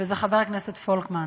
וזה חבר הכנסת פולקמן,